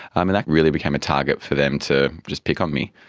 um and that really became a target for them to just pick on me.